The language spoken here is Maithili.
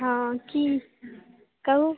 हँ की कहू